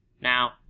Now-